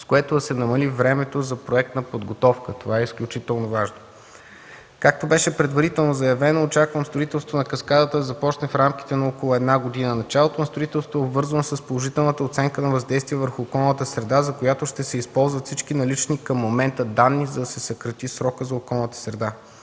с което да се намали времето за проектна подготовка – това е изключително важно. Както беше предварително заявено, очаквам строителството на каскадата да започне в рамките на около една година. Началото на строителството е обвързано с положителната оценка на въздействие върху околната среда, за която ще се използват всички налични към момента данни, за да се съкрати срокът за околната среда.